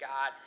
God